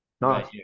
Nice